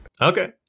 Okay